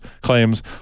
claims